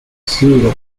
zero